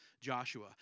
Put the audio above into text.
Joshua